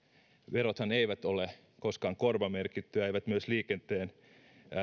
verothan eivät ole koskaan korvamerkittyjä eivät myöskään liikenteen